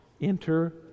Enter